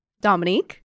Dominique